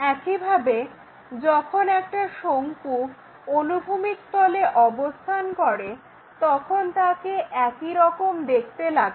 একইভাবে যখন একটা শঙ্কু অনুভূমিক তলে অবস্থান করে তখন তাকে একইরকম দেখতে লাগে